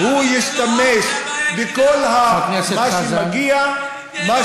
אני מסכים אתך, אבל אתם לא עם, זו הבעיה היחידה.